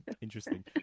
Interesting